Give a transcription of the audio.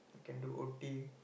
can do O_T